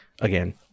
Again